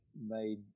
made